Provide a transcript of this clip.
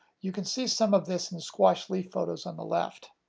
you can see some of this in the squash leaf photos on the left.